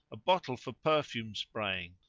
a bottle for perfume spraying,